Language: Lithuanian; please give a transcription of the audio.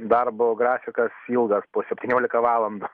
darbo grafikas ilgas po septyniolika